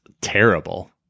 terrible